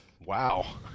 wow